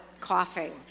coughing